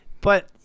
But-